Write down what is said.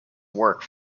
work